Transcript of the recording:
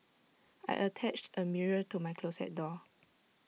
I attached A mirror to my closet door